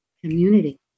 community